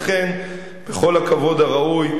לכן, בכל הכבוד הראוי,